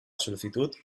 solicitud